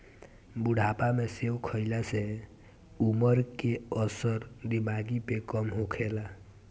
बुढ़ापा में सेब खइला से उमर के असर दिमागी पे कम होखेला